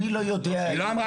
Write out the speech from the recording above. אני לא יודע -- לא,